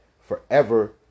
Forever